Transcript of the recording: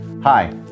Hi